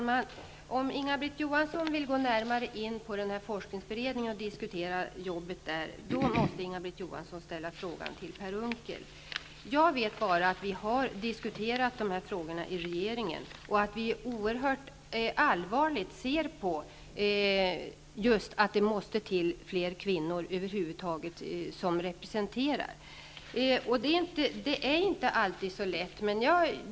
Herr talman! Om Inga-Britt Johansson vill gå närmare in på frågan om forskningsberedningen och diskutera dess arbete, måste hon ställa frågan till Per Unckel. Jag vet bara att vi har diskuterat dessa frågor i regeringen och att vi tar oerhört allvarligt på detta att det måste till fler kvinnor över huvud taget i sådana sammanhang. Det är inte alltid så lätt.